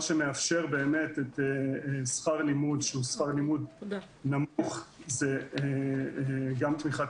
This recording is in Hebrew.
מה שמאפשר באמת שכר לימוד שהוא שכר לימוד נמוך זה גם תמיכת